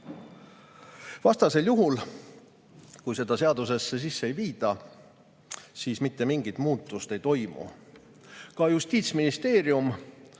mindud. Ja kui seda seadusesse sisse ei viida, siis mitte mingit muutust ei toimu. Ka Justiitsministeerium